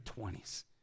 20s